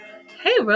Hey